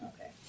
Okay